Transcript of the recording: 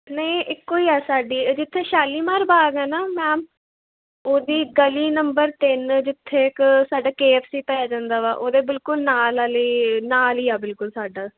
ਨਹੀਂ ਇੱਕੋ ਹੀ ਹੈ ਸਾਡੀ ਜਿੱਥੇ ਸ਼ਾਲੀਮਾਰ ਬਾਗ਼ ਹੈ ਨਾ ਮੈਮ ਉਹਦੀ ਗਲੀ ਨੰਬਰ ਤਿੰਨ ਜਿੱਥੇ ਕੁ ਸਾਡਾ ਕੇ ਐੱਫ ਸੀ ਪੈ ਜਾਂਦਾ ਵਾ ਉਹਦੇ ਬਿਲਕੁਲ ਨਾਲ ਵਾਲੀ ਨਾਲ ਹੀ ਆ ਬਿਲਕੁਲ ਸਾਡਾ